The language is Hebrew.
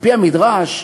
על-פי המדרש,